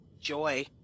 joy